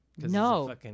No